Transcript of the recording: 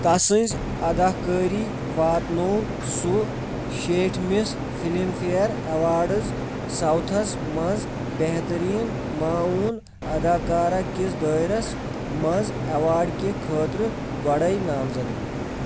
تسٕنٛزِ اَداکٲری واتنو سُہ شیٹھ مِس فِلم فیئر ایوارڈٕز ساؤتھس منٛز بہتریٖن معاوُن اَداکارہ کِس دٲیرس منٛز ایوارڈ کہِ خٲطرٕ گۄڈے نامزدگی